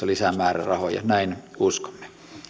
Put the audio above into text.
lisää määrärahoja näin uskomme